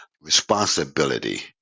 responsibility